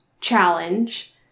challenge